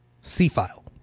C-File